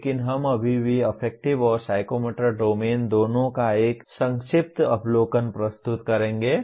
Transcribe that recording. लेकिन हम अभी भी अफेक्टिव और साइकोमोटर डोमेन दोनों का एक संक्षिप्त अवलोकन प्रस्तुत करेंगे